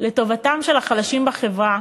לטובתם של החלשים בחברה,